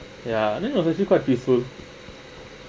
ya then obviously quite peaceful